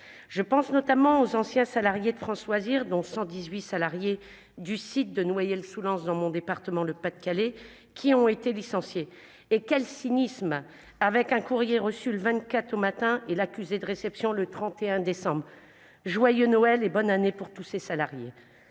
Je pense notamment aux anciens salariés de France Loisirs, dont 118 du site de Noyelles-sous-Lens, dans mon département du Pas-de-Calais, qui ont été licenciés. Et avec quel cynisme : un courrier reçu le 24 décembre au matin et l'accusé de réception le 31 ! Joyeux Noël et bonne année à tous ces salariés !